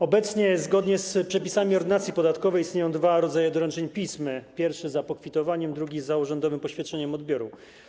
Obecnie zgodnie z przepisami Ordynacji podatkowej istnieją dwa rodzaje doręczeń pism: pierwszy - za pokwitowaniem, drugi - za urzędowym poświadczeniem odbioru.